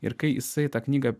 ir kai jisai tą knygą